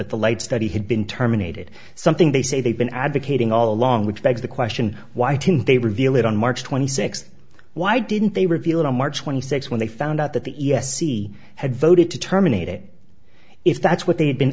that the late study had been terminated something they say they've been advocating all along which begs the question why didn't they reveal it on march twenty sixth why didn't they reveal it on march twenty sixth when they found out that the e s e had voted to terminate it if that's what they had been